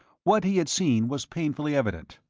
what he had seen was painfully evident.